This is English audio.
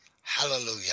Hallelujah